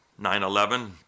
9-11